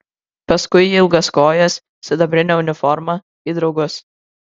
paskui į ilgas kojas sidabrinę uniformą į draugus